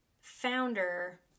founder